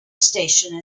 station